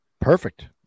perfect